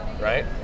Right